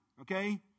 okay